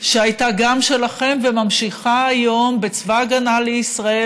שהייתה גם שלכם וממשיכה היום בצבא ההגנה לישראל,